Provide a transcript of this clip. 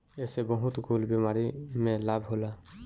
एसे बहुते कुल बीमारी में लाभ होला